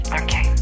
okay